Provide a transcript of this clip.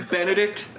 Benedict